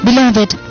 Beloved